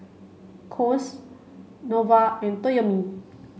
Kose Nova and Toyomi